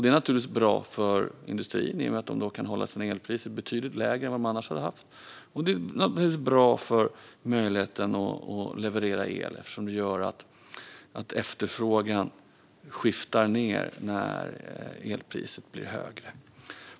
Det är naturligtvis bra för industrin i och med att de då kan hålla sina elpriser betydligt lägre än annars, och det är också bra för möjligheten att leverera el eftersom det gör att efterfrågan går ned när elpriset blir högre.